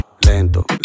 lento